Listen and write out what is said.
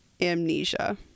amnesia